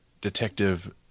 detective